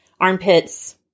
armpits